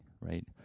right